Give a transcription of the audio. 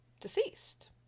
deceased